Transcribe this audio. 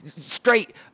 Straight